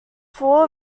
four